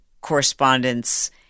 correspondence